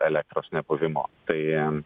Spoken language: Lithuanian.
elektros nebuvimo tai